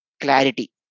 Clarity